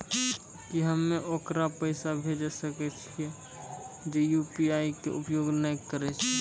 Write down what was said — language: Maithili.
की हम्मय ओकरा पैसा भेजै सकय छियै जे यु.पी.आई के उपयोग नए करे छै?